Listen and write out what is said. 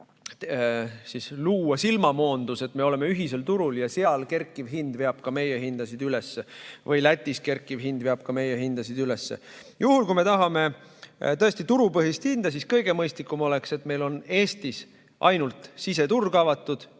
luua silmamoondus, et me oleme ühisel turul, ja seal kerkiv hind veab ka meie hindasid üles või Lätis kerkiv hind veab ka meie hindasid üles. Kui me tahame tõesti turupõhist hinda, siis kõige mõistlikum oleks, et meil on Eestis ainult siseturg avatud,